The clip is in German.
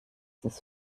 das